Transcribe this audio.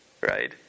right